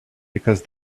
because